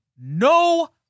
no